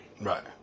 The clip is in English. Right